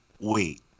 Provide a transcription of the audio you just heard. Wait